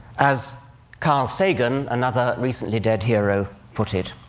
as carl sagan, another recently dead hero, put it,